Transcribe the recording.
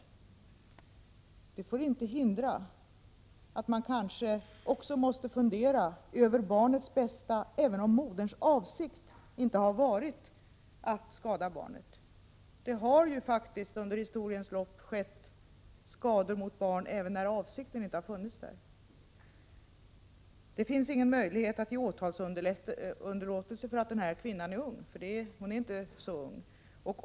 Men det får inte hindra att man kanske också måste fundera över barnets bästa — även om moderns avsikt inte har varit att skada barnet. Under historiens lopp har det faktiskt blivit skador på barn även när avsikten inte har funnits. Det finns ingen möjlighet att ge åtalsunderlåtelse därför att kvinnan är ung, för hon är inte så ung.